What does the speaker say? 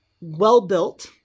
well-built